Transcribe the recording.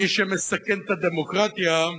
מי שמסכן את הדמוקרטיה,